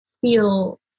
feel